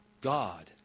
God